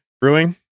Brewing